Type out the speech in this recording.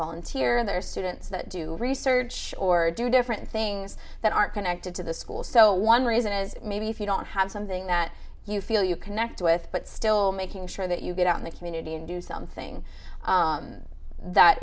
volunteer and there are students that do research or do different things that aren't connected to the school so one reason is maybe if you don't have something that you feel you connect with but still making sure that you get out in the community and do something that